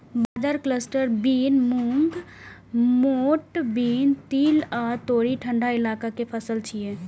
बाजरा, cluster bean, मूंग, मोठ बीन, तिल आ तोरी ठंढा इलाका के फसल छियै